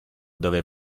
dove